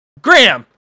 Graham